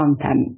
content